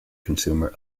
consumer